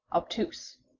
obtuse.